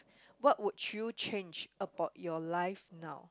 what would you change about your life now